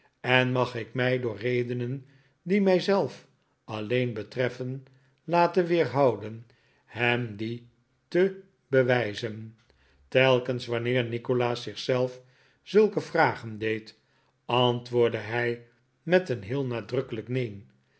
en mag ik mij door redenen die mij zelf alleen betreffen laten weerhouden hem die te bewijzen telkens wanneer nikolaas zich zelf zulke vragen deed antwoordde hij met een heel nadrukkelijk neen